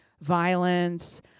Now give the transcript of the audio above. violence